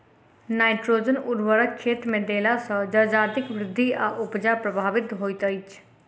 nitrogen उर्वरक खेतमे देला सॅ जजातिक वृद्धि आ उपजा प्रभावित होइत छै